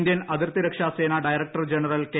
Indian അതിർത്തി രക്ഷാസേന director general K